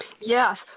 Yes